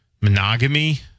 monogamy